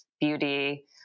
beauty